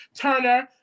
Turner